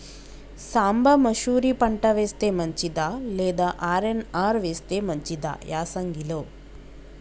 సాంబ మషూరి పంట వేస్తే మంచిదా లేదా ఆర్.ఎన్.ఆర్ వేస్తే మంచిదా యాసంగి లో?